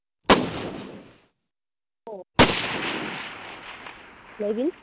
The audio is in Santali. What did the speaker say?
ᱚ ᱞᱟᱹᱭᱵᱤᱱ